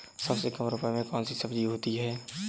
सबसे कम रुपये में कौन सी सब्जी होती है?